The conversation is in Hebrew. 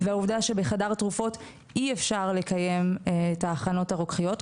והעובדה שבחדר תרופות אי אפשר לקיים את ההכנות הרוקחיות,